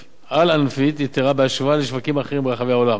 על-ענפית יתירה בהשוואה לשווקים אחרים ברחבי העולם.